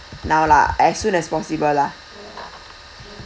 now lah as soon as possible lah